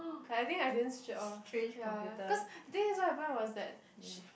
like I think I didn't switch it off ya cause the thing is what happened was that she